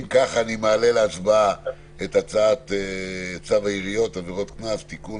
אם כך אני מעלה להצבעה את הצעת צו העיריות (עבירות קנס) (תיקון),